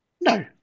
no